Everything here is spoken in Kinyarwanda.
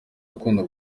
akunda